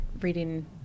reading